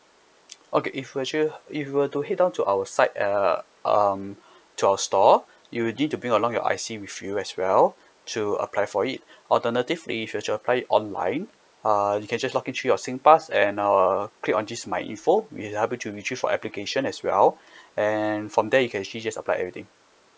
okay if you were to if you were to head down to our side uh um to our store you need to bring along your I_C with you as well to apply for it alternatively if you were to apply it online uh you can just log in to your singpass and uh click on this my info which will help you to retrieve for application as well and from there you can actually just apply everything